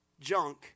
junk